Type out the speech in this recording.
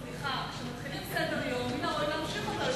סליחה, כשמתחילים סדר-יום, מן הראוי להמשיך אותו.